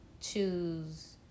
choose